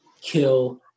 kill